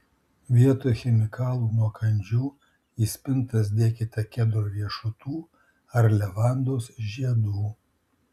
vietoj chemikalų nuo kandžių į spintas dėkite kedro riešutų ar levandos žiedų